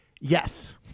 yes